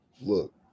Look